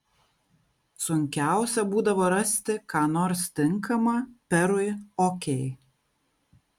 sunkiausia būdavo rasti ką nors tinkama perui okei